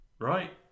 Right